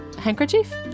handkerchief